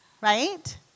right